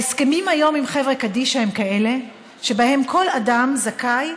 היום ההסכמים עם חברה קדישא הם כאלה שבהם כל אדם זכאי,